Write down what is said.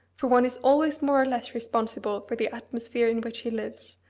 for one is always more or less responsible for the atmosphere in which he lives,